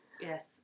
yes